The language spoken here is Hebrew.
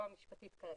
לא המשפטית כרגע,